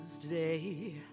today